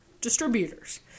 distributors